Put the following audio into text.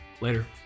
Later